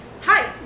Hi